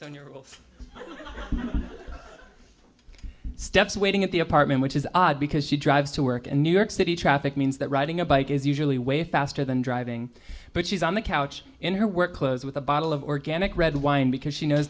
in your old steps waiting at the apartment which is odd because she drives to work in new york city traffic means that riding a bike is usually way faster than driving but she's on the couch in her work clothes with a bottle of organic red wine because she knows